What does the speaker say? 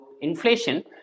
inflation